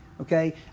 okay